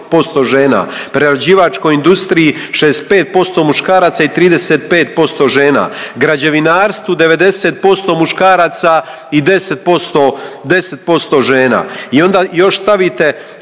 i onda još stavite